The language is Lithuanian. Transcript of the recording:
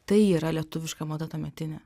tai yra lietuviška mada tuometinė